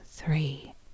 Three